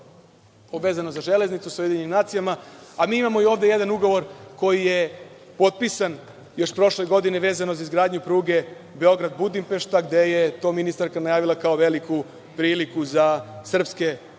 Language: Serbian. vezano za železnicu sa Ujedinjenim nacijama, a mi imamo ovde i jedan ugovor koji je potpisan još prošle godine, vezano za izgradnju pruge Beograd-Budimpešta, gde je to ministarka najavila kao veliku priliku za srpske